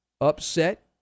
Upset